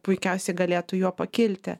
puikiausiai galėtų juo pakilti